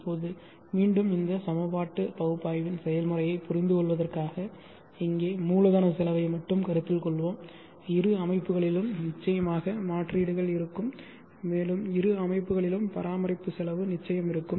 இப்போது மீண்டும் இந்த சம பாட்டு பகுப்பாய்வின் செயல்முறையைப் புரிந்துகொள்வதற்காக இங்கே மூலதனச் செலவை மட்டுமே கருத்தில் கொள்வோம் இரு அமைப்புகளிலும் நிச்சயமாக மாற்றீடுகள் இருக்கும் மேலும் இரு அமைப்புகளிலும் பராமரிப்பு செலவு நிச்சயம் இருக்கும்